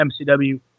MCW